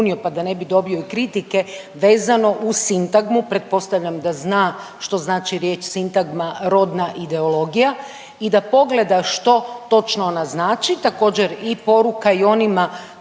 pa da bi ne bi dobio kritike vezano uz sintagmu, pretpostavljam da zna što znači riječ sintagma rodna ideologija i da pogleda što točno ona znači. Također i poruka i onima